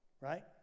right